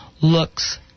looks